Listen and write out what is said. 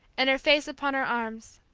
and her face upon her arms,